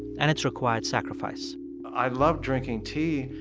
and it's required sacrifice i love drinking tea.